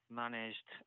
managed